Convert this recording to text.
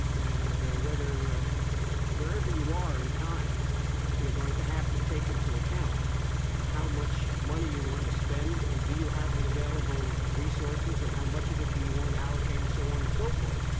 and whether wherever you are in time you're going to have to take into account how much money you want to spend, and do you have the available resources, and how much of it do you want to allocate, and so on and so forth.